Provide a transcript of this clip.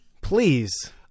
Please